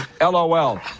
LOL